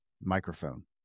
microphone